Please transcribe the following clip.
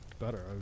better